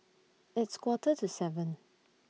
its Quarter to seven